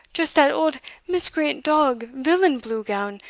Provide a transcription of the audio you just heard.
just dat old miscreant dog villain blue-gown,